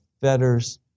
fetters